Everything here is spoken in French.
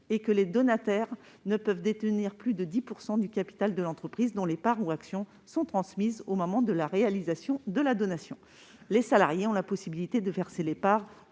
Les donataires ne peuvent pas détenir plus de 10 % du capital de l'entreprise dont les parts ou actions sont transmises au moment de la réalisation de la donation. Les salariés ont la possibilité de verser les parts